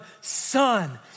son